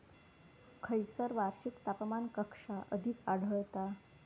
खैयसर वार्षिक तापमान कक्षा अधिक आढळता?